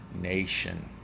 nation